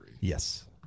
Yes